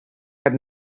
had